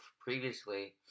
previously